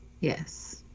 Yes